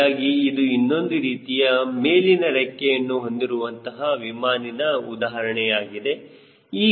ಹೀಗಾಗಿ ಇದು ಇನ್ನೊಂದು ರೀತಿಯ ಮೇಲಿನ ರೆಕ್ಕೆಯನ್ನು ಹೊಂದಿರುವಂತಹ ವಿಮಾನಿನ ಉದಾಹರಣೆ ಆಗಿದೆ